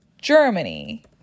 Germany